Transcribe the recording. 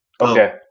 Okay